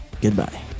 Goodbye